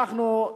אנחנו,